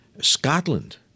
Scotland